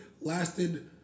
lasted